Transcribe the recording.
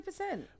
100%